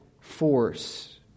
force